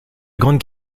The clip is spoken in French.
grande